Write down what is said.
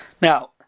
Now